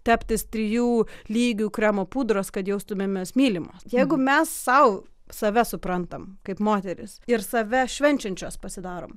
teptis trijų lygių kremo pudros kad jaustumėmės mylimos jeigu mes sau save suprantam kaip moteris ir save švenčiančios pasidarom